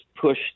push